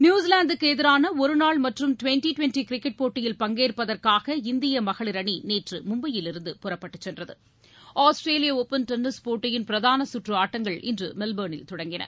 நியுஸிலாந்துக்கு எதிரான ஒரு நாள் மற்றும் டிவெண்டி டிவெண்டி கிரிக்கெட் போட்டியில் பங்கேற்பதற்காக இந்திய மகளிர் அணி நேற்று மும்பையிலிருந்து புறப்பட்டு சென்றது ஆஸ்திரேலியா ஒபன் டென்னிஸ் போட்டியின் பிரதான சுற்று ஆட்டங்கள் இன்று மெல்பர்னில் தொடங்கின